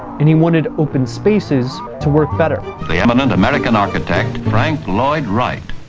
and he wanted open spaces to work better. the eminent american architect frank lloyd wright.